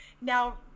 now